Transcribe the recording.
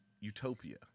Utopia